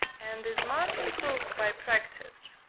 and is much improved by practice.